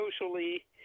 socially